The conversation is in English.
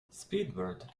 speedbird